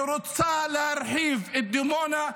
והיא רוצה להרחיב את דימונה,